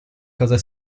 cosa